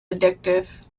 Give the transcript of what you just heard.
addictive